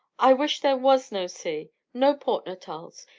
i wish there was no sea no port natals!